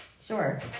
Sure